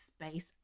space